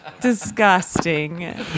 Disgusting